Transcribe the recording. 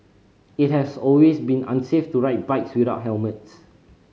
it has always been unsafe to ride bikes without helmets